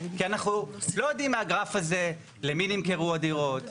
כי אנחנו לא יודעים מהגרף הזה למי נמכרו הדירות,